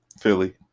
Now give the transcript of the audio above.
Philly